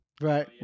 Right